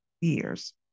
years